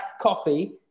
coffee